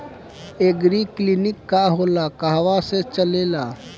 एगरी clinic का होला कहवा से चलेँला?